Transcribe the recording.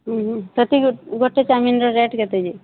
ହୁଁ ହୁଁ ସେଠି ଗୋଟେ ଚାଉମିନ୍ର ରେଟ୍ କେତେ କି